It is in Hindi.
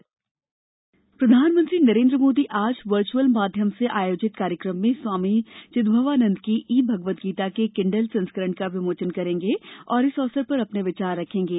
पीएम भगवदगीता प्रधानमंत्री नरेन्द्र मोदी आज वर्चुअल माध्यम से आयोजित कार्यक्रम में स्वामी चिदभवानंद की ई भगवदगीता के किंडल संस्करण का विमोचन करेंगे और इस अवसर पर अपने विचार रखेंगे